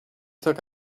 took